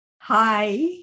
Hi